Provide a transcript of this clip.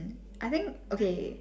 I think okay